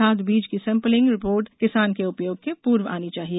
खाद बीज की सैम्पलिंग रिपोर्ट किसान के उपयोग के पूर्व आनी चाहिए